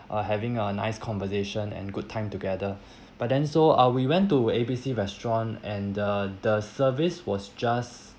uh having a nice conversation and good time together but then so uh we went to A B C restaurant and the the service was just